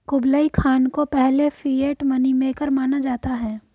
Kublai Khan को पहले fiat money maker माना जाता है